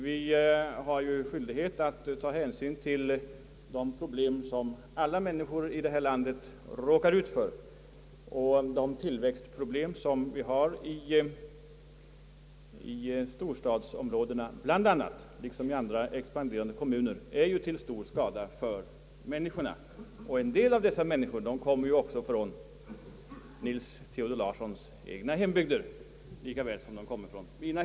Vi har ju skyldighet att ta upp alla de problem som människor i det här landet råkar ut för. De tillväxtproblem som vi har i storstadsområdena och andra expanderande kommuner är till stor skada för många. En del av dessa människor kommer för övrigt också från herr Nils Theodor Larssons egen hembygd lika väl som från min.